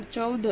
14 હતો